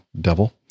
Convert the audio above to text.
devil